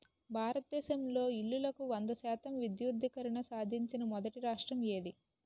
భారతదేశంలో ఇల్లులకు వంద శాతం విద్యుద్దీకరణ సాధించిన మొదటి రాష్ట్రం ఏది?